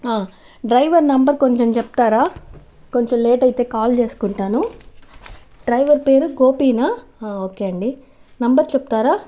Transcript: driver number కొంచెం చెప్తారా కొంచెం లేట్ అయితే కాల్ చేసుకుంటాను డ్రైవర్ పేరు గోపీనా ఓకే అండి నంబర్ చెప్తారా